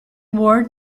word